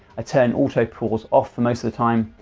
i turn auto pause off most of the time,